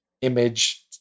image